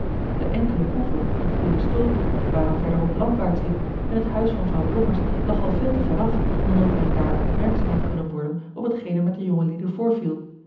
de enkele hoeve of boerenstulp waren verderop landwaarts in en het huis van vrouw blommers lag al veel te veraf dan dat men daar opmerkzaam had kunnen worden op t geen er met de jongelieden voorviel